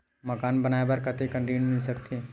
मकान बनाये बर कतेकन ऋण मिल सकथे?